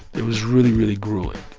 it was really, really grueling.